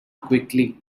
quickly